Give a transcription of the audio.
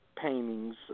paintings